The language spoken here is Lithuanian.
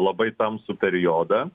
labai tamsų periodą